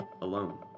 alone